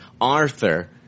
Arthur